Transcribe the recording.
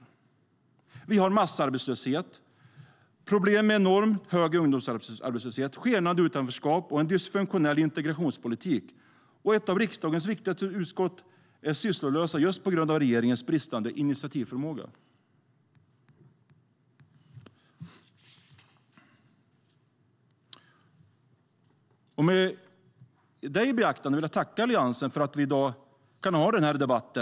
Med detta i beaktande vill jag tacka Alliansen för att vi kan ha denna debatt.